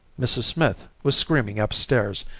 mrs. smith was screaming upstairs,